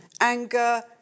anger